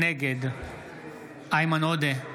נגד איימן עודה,